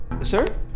Sir